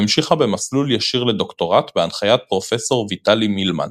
והמשיכה במסלול ישיר לדוקטורט בהנחיית פרופסור ויטלי מילמן,